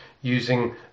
using